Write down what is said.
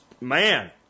man